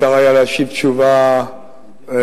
אפשר היה להשיב תשובה פשוטה,